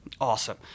Awesome